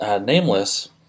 Nameless